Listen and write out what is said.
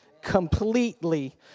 completely